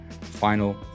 final